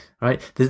right